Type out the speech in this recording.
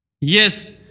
Yes